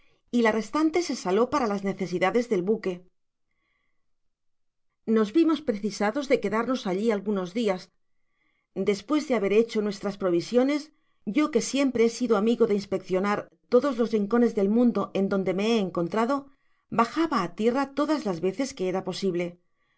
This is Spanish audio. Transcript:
y la restante se saló para las necesidades del buque content from google book search generated at nos vimos precisados de quedarnos allí alganos dias despues de haber hecho nuestras provisiones yo que siempre he sido amigo de inspeccionar todos los rincones del mundo en donde me he encontrado bajaba á tierra todas las veces que era posible